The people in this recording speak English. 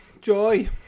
Joy